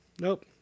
Nope